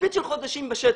תצפית של חודשים בשטח.